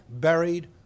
buried